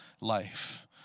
life